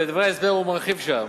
בדברי ההסבר הוא מרחיב שם.